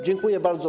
Dziękuję bardzo.